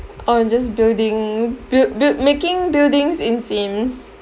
or just building build build making buildings in Sims